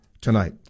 tonight